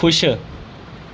खुश